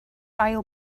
ail